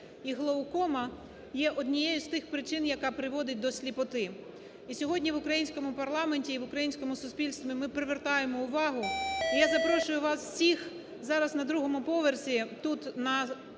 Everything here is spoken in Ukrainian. і глаукома є однією з тих причин, яка приводить до сліпоти. І сьогодні в українському парламенті і в українському суспільстві ми привертаємо увагу і я запрошую вас всіх зараз на другому поверсі тут,